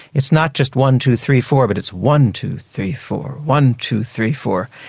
it's not just one, two, three, four but it's one, two, three, four, one, two, three, four.